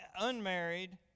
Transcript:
unmarried